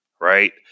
right